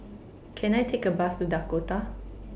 Can I Take A Bus to Dakota